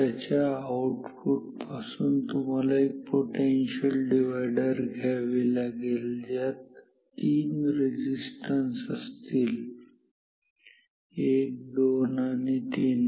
त्याच्या आउटपुट पासून तुम्हाला एक पोटेन्शियल डिव्हायडर घ्यावे लागेल ज्यात 3 रेजिस्टन्स असतील 1 2 आणि 3